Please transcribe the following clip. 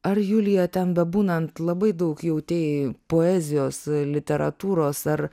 ar julija ten bebūnant labai daug jautriai poezijos literatūros ar